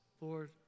Lord